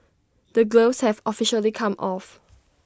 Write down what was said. the gloves have officially come off